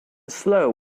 slow